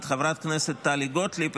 את חברת הכנסת טלי גוטליב,